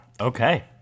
Okay